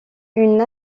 une